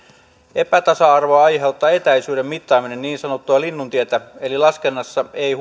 epätasa arvoa aiheuttaa etäisyyden mittaaminen niin sanottua linnuntietä eli laskennassa ei